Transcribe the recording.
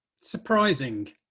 Surprising